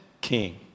king